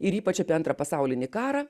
ir ypač apie antrą pasaulinį karą